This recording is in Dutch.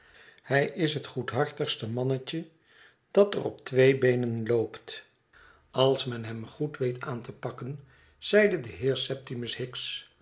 hij is het goedhartigste mannetje dat er op twee beenen loopt als men hem goed weet aan te pakken zeide de heer septimus hicks